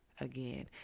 again